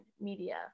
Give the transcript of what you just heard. media